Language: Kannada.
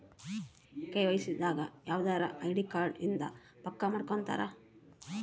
ಕೆ.ವೈ.ಸಿ ದಾಗ ಯವ್ದರ ಐಡಿ ಕಾರ್ಡ್ ಇಂದ ಪಕ್ಕ ಮಾಡ್ಕೊತರ